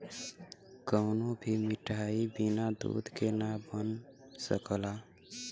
कवनो भी मिठाई बिना दूध के ना बन सकला